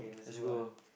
let's go